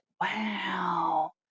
wow